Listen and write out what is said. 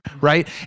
Right